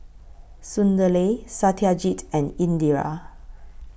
Sunderlal Satyajit and Indira